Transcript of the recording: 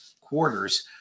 quarters